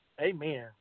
Amen